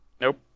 Nope